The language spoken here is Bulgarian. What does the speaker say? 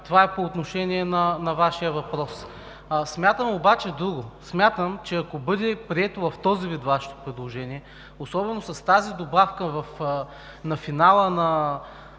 Това е по отношение на Вашия въпрос. Смятам обаче друго, смятам, че ако бъде прието в този вид Вашето предложение, особено с тази добавка на финала на